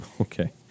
Okay